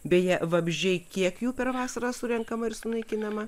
beje vabzdžiai kiek jų per vasarą surenkama ir sunaikinama